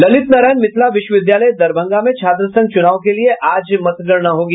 ललित नारायण मिथिला विश्वविद्यालय दरभंगा में छात्र संघ चूनाव के लिए आज मतगणना होगी